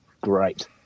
great